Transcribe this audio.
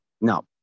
No